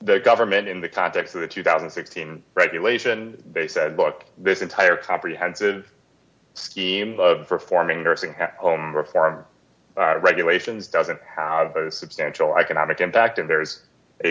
the government in the context of the two thousand and fifteen regulation they said look this entire comprehensive scheme of performing nursing home reform regulations doesn't have substantial economic impact and